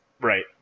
Right